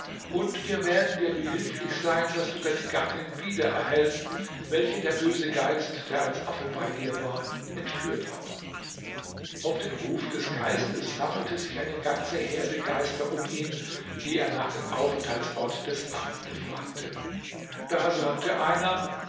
und wir werden dir behilflich sein daß du deine gattin wieder erhältst welche der böse geist der als affe bei dir war entführt hat auf den ruf des geistes sammelte sich eine ganze herde geister um ihn die er nach dem aufenthaltsort des affen befragte da sagte einer